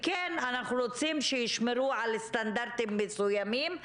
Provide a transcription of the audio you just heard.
ואנחנו רוצים שישמרו על סטנדרטים מסוימים.